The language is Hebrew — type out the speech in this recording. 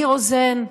ניר רוזן,